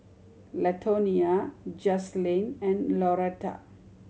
Latonia Jazlynn and Laurette